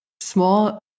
small